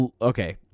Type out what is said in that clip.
Okay